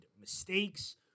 mistakes